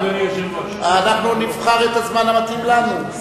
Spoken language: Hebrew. אנחנו נבחר את הזמן המתאים לנו.